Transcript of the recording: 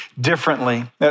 differently